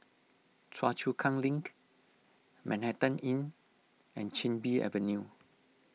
Choa Chu Kang Link Manhattan Inn and Chin Bee Avenue